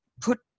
put